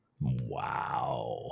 Wow